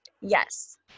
yes